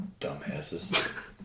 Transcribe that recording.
Dumbasses